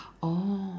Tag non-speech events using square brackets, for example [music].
[noise] oh